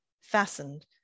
fastened